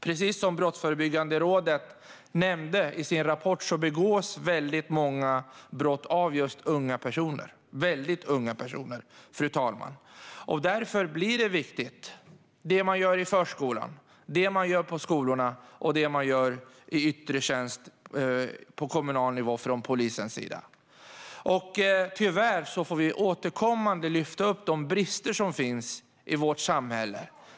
Precis som Brottsförebyggande rådet nämnde i sin rapport begås många brott av just unga personer. Därför blir det som görs i förskolan, det som görs i skolan och det som görs i yttre tjänst av poliser på kommunal nivå viktigt. Tyvärr får vi återkommande lyfta upp de brister som råder i samhället.